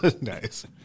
Nice